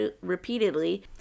repeatedly